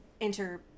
enter